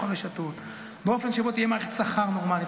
הרשתות באופן שבו תהיה מערכת שכר נורמלית.